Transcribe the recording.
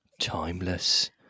Timeless